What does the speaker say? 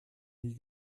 nie